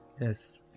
Yes